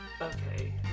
Okay